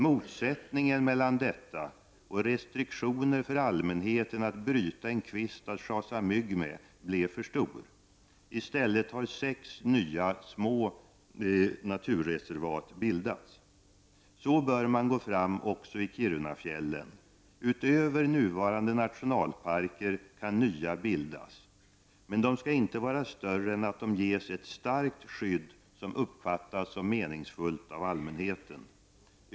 Motsättningen mellan detta och restriktioner för allmänheten att bryta en kvist att schasa mygg med blev för stor. I stället har sex nya små naturreservat bildats. Så bör man gå fram också i Kirunafjällen. Utöver nuvarande nationalparker kan nya bildas. Men de skall inte vara större än att de kan ges ett starkt skydd som uppfattas som meningsfullt av allmänheten.